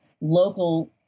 local